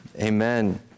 Amen